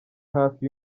hafi